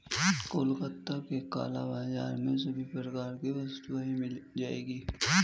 कोलकाता के काला बाजार में सभी प्रकार की वस्तुएं मिल जाएगी